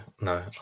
no